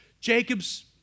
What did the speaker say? Jacob's